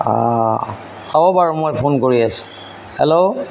হ'ব বাৰু মই ফোন কৰি আছোঁ হেল্ল'